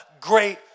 great